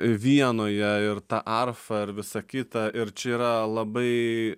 vienoje ir ta arfa ir visa kita ir čia yra labai